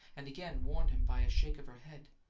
and again warned him by a shake of her head.